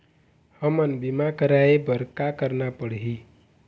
हमन बीमा कराये बर का करना पड़ही?